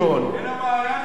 "אל המעיין" מממנת,